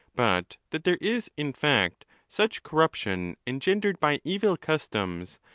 but that there is, in fact, such corruption engendered by evil customs,